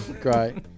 great